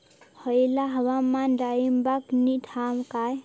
हयला हवामान डाळींबाक नीट हा काय?